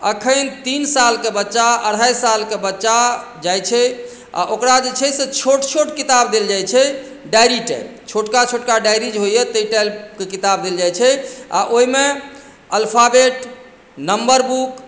अखन तीन साल के बच्चा अढाइ साल के बच्चा जाइ छै आ ओकरा जे छै से छोट छोट किताब देल जाइ छै डायरी टाइप छोटका छोटका डायरी जे होइया ताहि डायरी टाइपके किताब देल जाइ छै आ ओहिमे अल्फाबेट नंबर बुक